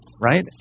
Right